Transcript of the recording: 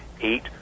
eight